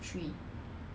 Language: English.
but in the end 我是